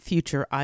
Future